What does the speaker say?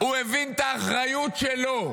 הוא הבין את האחריות שלו.